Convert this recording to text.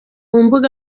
mbuga